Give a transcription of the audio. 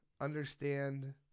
understand